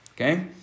Okay